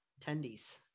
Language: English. attendees